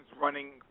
running